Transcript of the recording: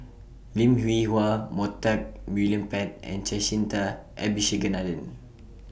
Lim Hwee Hua Montague William Pett and Jacintha Abisheganaden